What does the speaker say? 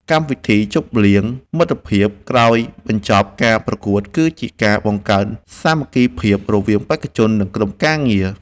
ពិធីជប់លៀងមិត្តភាពក្រោយបញ្ចប់ការប្រកួតគឺជាការបង្កើនសាមគ្គីភាពរវាងបេក្ខជន និង ក្រុមការងារ។